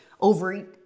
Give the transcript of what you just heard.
over